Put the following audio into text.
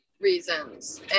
reasons